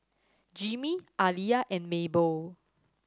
Jimmie Aliya and Mabel